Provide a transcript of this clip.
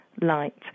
light